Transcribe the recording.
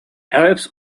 arabs